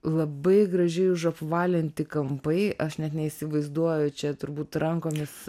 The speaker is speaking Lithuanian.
labai gražiai užapvalinti kampai aš net neįsivaizduoju čia turbūt rankomis